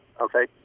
okay